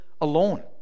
alone